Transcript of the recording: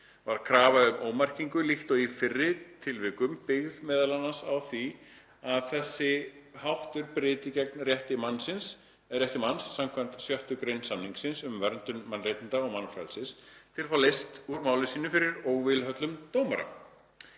Var krafa um ómerkingu líkt og í fyrri tilvikum byggð meðal annars á því að þessi háttur bryti gegn rétti manns skv. 6. gr. samningsins um verndun mannréttinda og mannfrelsis til að fá leyst úr máli sínu fyrir óvilhöllum dómara.